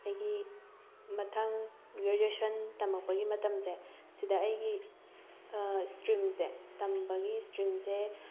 ꯑꯩꯒꯤ ꯃꯊꯪ ꯒ꯭ꯔꯦꯖꯨꯋꯦꯁꯟ ꯇꯝꯃꯛꯄꯒꯤ ꯃꯇꯝꯁꯦ ꯁꯤꯗ ꯑꯩꯒꯤ ꯏꯁꯇ꯭ꯔꯤꯝꯁꯦ ꯇꯝꯕꯒꯤ ꯏꯁꯇ꯭ꯔꯤꯝꯁꯦ